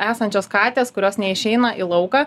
esančios katės kurios neišeina į lauką